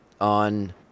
on